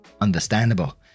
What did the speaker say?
Understandable